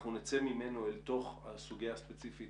אנחנו נצא ממנו אל תוך הסוגיה הספציפית